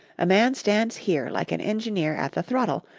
a man stands here like an engineer at the throttle,